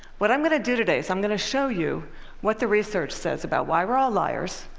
what i'm going to do today is i'm going to show you what the research says about why we're all liars,